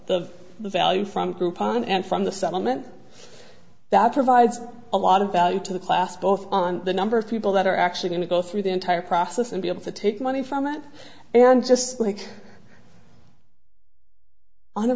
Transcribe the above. value from groupon and from the settlement that provides a lot of value to the class both on the number of people that are actually going to go through the entire process and be able to take money from that and just like on a